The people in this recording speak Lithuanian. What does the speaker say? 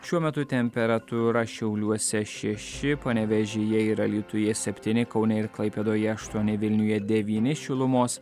šiuo metu temperatūra šiauliuose šeši panevėžyje ir alytuje septyni kaune ir klaipėdoje aštuoni vilniuje devyni šilumos